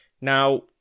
Now